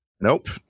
Nope